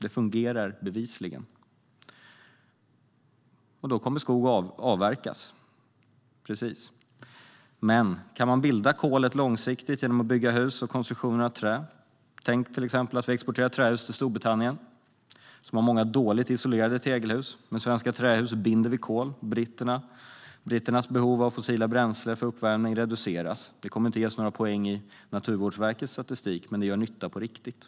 Det fungerar bevisligen. Då kommer skog att avverkas - precis. Men man kan binda kolet långsiktigt genom att bygga hus och andra konstruktioner av trä. Tänk att vi till exempel exporterar trähus till Storbritannien, som har många dåligt isolerade tegelhus. Med svenska trähus binder vi kol, och britternas behov av fossila bränslen för uppvärmning reduceras. Det kommer inte att ge oss några poäng i Naturvårdsverkets statistik, men det gör nytta på riktigt.